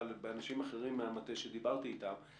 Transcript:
אבל אנשים אחרים מהמטה שדיברתי איתם,